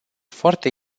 foarte